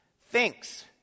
thinks